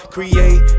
Create